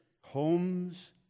Homes